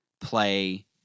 play